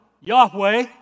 Yahweh